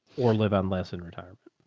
or live on less than retirement.